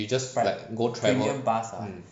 you just like go travel mm